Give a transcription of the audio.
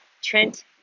Trent